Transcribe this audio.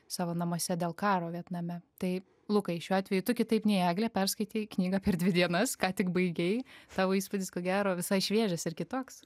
savo namuose dėl karo vietname tai lukai šiuo atveju tu kitaip nei eglė perskaitei knygą per dvi dienas ką tik baigei tavo įspūdis ko gero visai šviežias ir kitoks